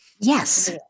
Yes